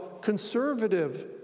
conservative